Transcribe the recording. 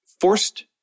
forced